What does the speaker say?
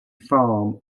farm